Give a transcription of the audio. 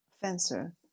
fencer